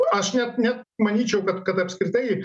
aš net net manyčiau kad kad apskritai